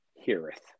heareth